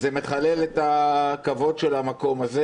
מחלל את הכבוד של המקום הזה